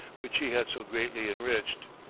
which he had so greatly enriched!